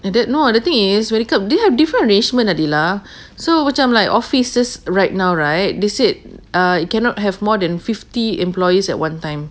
th~ no the thing is adela they have different arrangement adela so macam like offices right now right they said ah cannot have more than fifty employees at one time